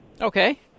Okay